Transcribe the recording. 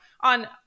on